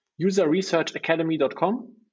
userresearchacademy.com